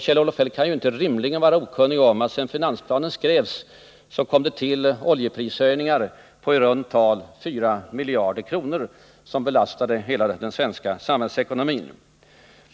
Kjell-Olof Feldt kan inte rimligen vara okunnig om att sedan finansplanen skrevs kom det till oljeprishöjningar på i runt tal 4 miljarder kronor som belastade hela den svenska samhällsekonomin.